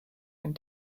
and